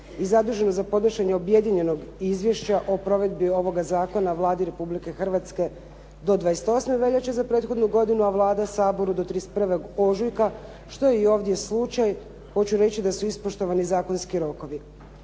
i zaduženo za podnošenje objedinjenog izvješća o provedbi ovog zakona Vladi Republike Hrvatske do 28. veljače za prethodnu godinu a Vlada Saboru do 31. ožujka što je i ovdje slučaj. Hoću reći da su ispoštovani zakonski rokovi.